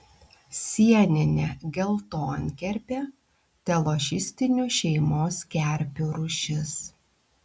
sieninė geltonkerpė telošistinių šeimos kerpių rūšis